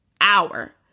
hour